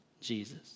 Jesus